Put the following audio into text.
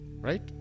Right